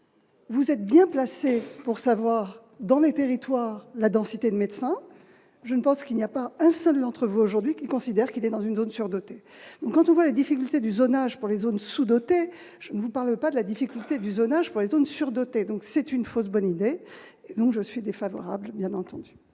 vous êtes bien placé pour savoir dans les territoires, la densité de médecins, je ne pense qu'il n'y a pas un seul entrevue aujourd'hui qui considère qu'il est dans une zone surdotées quand on voit les difficultés du zonage pour les zones sous-dotées, je ne vous parle pas de la difficulté du zonage pour les zones surdotées, donc c'est une fausse bonne idée et donc je suis défavorable bien entendu.